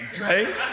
right